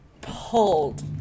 pulled